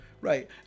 Right